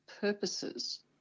purposes